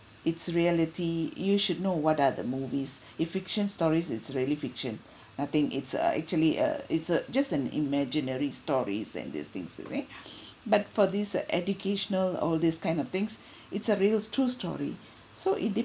it's reality you should know what are the movies if fiction stories is really fiction nothing it's uh actually uh it's a just an imaginary stories and these things you see but for this uh educational all these kind of things it's a real true story so it